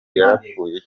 yarapfuye